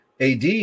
AD